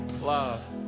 love